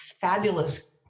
fabulous